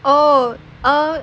oh oh